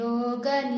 Yoga